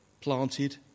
planted